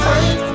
Fight